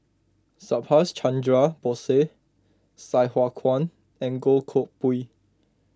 Subhas Chandra Bose Sai Hua Kuan and Goh Koh Pui